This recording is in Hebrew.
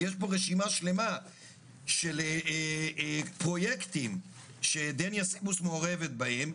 יש רשימה שלמה של פרויקטים שדניה סיבוס מעורבת בהם,